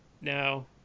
No